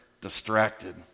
distracted